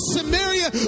Samaria